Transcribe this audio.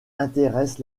intéresse